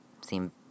seem